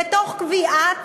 ותוך קביעת